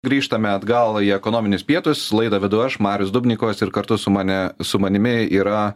grįžtame atgal į ekonominius pietus laidą vedu aš marius dubnikovas ir kartu su mane su manimi yra